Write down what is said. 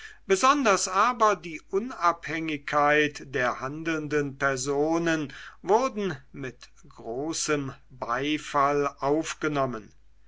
besonders aber die unabhängigkeit der handelnden personen wurden mit großem beifall aufgenommen